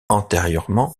antérieurement